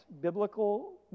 biblical